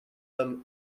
them